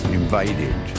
invaded